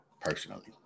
personally